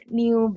new